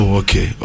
okay